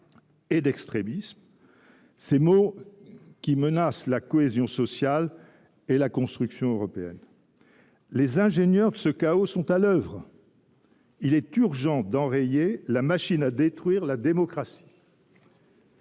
et d’extrémisme, ces maux qui menacent la cohésion sociale et la construction européenne. Les ingénieurs du chaos sont à l’œuvre ; il est urgent d’enrayer la machine à détruire la démocratie.